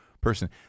person